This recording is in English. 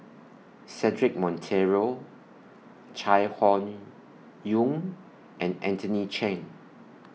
Cedric Monteiro Chai Hon Yoong and Anthony Chen